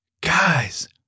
Guys